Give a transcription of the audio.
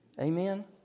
Amen